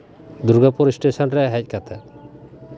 Durgapur station ᱨᱮ ᱦᱮᱡ ᱠᱟᱛᱮᱫ